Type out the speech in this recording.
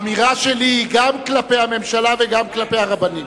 האמירה שלי היא גם כלפי הממשלה וגם כלפי הרבנים.